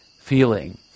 feeling